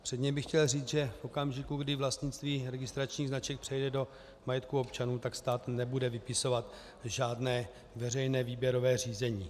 Předně bych chtěl říct, že v okamžiku, kdy vlastnictví registračních značek přejde do majetku občanů, tak stát nebude vypisovat žádné veřejné výběrové řízení.